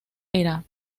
era